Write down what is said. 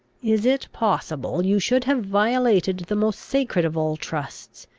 is it possible you should have violated the most sacred of all trusts,